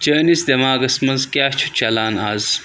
چٲنِس دٮ۪ماغس منٛز کیٛاہ چُھ چلان آز